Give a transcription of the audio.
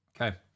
Okay